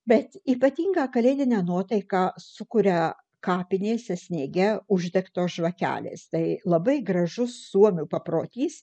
bet ypatingą kalėdinę nuotaiką sukuria kapinėse sniege uždegtos žvakelės tai labai gražus suomių paprotys